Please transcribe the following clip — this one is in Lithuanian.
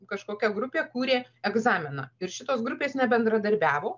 kažkokia grupė kūrė egzaminą ir šitos grupės nebendradarbiavo